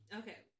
okay